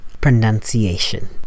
pronunciation